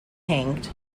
hanged